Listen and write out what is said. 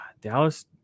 Dallas